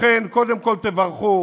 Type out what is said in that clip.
לכן, קודם כול, תברכו